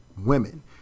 women